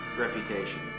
reputation